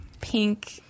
pink